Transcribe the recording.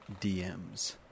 DMs